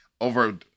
over